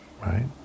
right